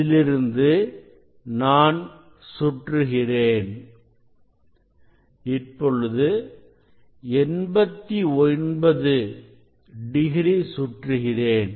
இதிலிருந்து நான் சுற்றுகிறேன் இப்பொழுது 89 டிகிரி சுற்றுகிறேன்